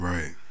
Right